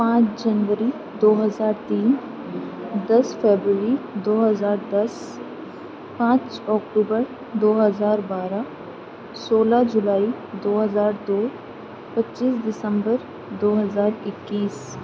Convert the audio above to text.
پانچ جنوری دو ہزار تین دس فبرری دو ہزار دس پانچ اکٹوبر دو ہزار بارہ سولہ جولائی دو ہزار دو پچیس دسمبر دو ہزار اکیس